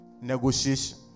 Negotiation